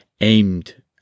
aimed